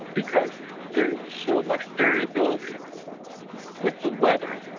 because there is so much variability with the weather,